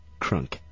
Crunk